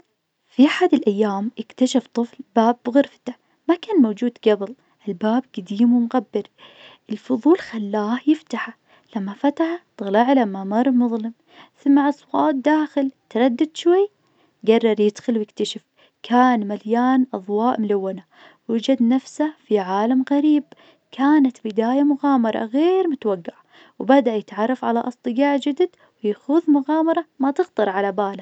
في أحد الأيام اكتشف طفل باب بغرفته ما كان موجود قبل، الباب قديم ومغبر الفظول خلاه يفتحه لما فتحه طلع له ممر مظلم، سمع أصوات داخل تردد شوي قرر يدخل ويكتشف كان مليان أظواء ملونة وجد نفسه في عالم غريب. كانت بداية مغامرة غير متوقعة وبدأ يتعرف على أصدقائ جدد ويخوض مغامرة ما تخطر على باله.